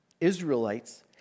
Israelites